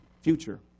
Future